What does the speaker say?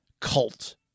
cult